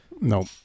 No